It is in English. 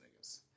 Niggas